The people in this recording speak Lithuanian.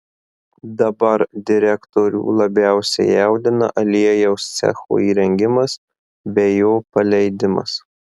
dabar direktorių labiausiai jaudina aliejaus cecho įrengimas bei jo paleidimas